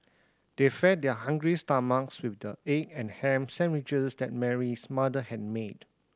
they fed their hungry stomachs with the egg and ham sandwiches that Mary's mother had made